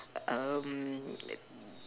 um